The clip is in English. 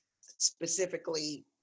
specifically